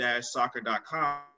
soccer.com